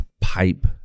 pipe